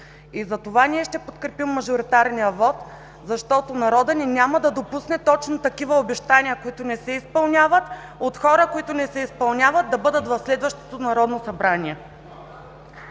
И затова ние ще подкрепим мажоритарния вот, защото народът ни няма да допусне точно такива обещания, които не се изпълняват, от хора, които не се изпълняват, да бъдат в следващото Народно събрание.